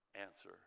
answer